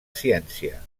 ciència